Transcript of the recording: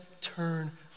turn